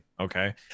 okay